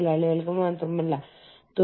കൂടാതെ നിങ്ങൾക്ക് ആകെയുള്ളത് ഭൂമിയാണ്